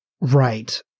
Right